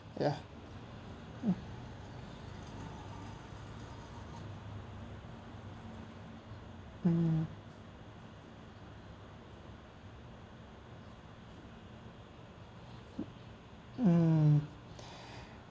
ya um um